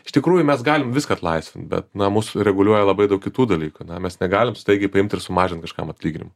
iš tikrųjų mes galim viską atlaisvint bet na mus reguliuoja labai daug kitų dalykų na mes negalim staigiai paimt ir sumažint kažkam atlyginimo